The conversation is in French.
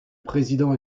président